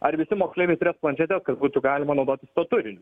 ar visi moksleiviai turės plančetes kad būtų galima naudotis tuo turiniu